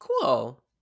Cool